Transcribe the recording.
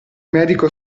medico